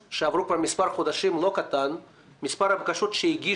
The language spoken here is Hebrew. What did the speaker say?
המרקחת כדי להתחבר למערכת של כללית עומד פחות או יותר